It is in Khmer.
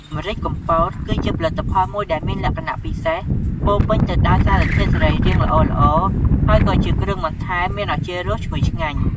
ម្រេចកំពតគឺជាផលិតផលមួយដែលមានលក្ខណៈពិសេស ពោរពេញទៅដោយសារធាតុសរីរាង្គល្អៗ ហើយក៏ជាគ្រឿងបន្ថែមមានឱជារសឈ្ងុយឆ្ងាញ់។